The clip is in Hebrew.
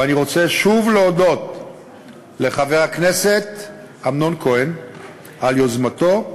ואני רוצה שוב להודות לחבר הכנסת אמנון כהן על יוזמתו,